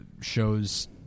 shows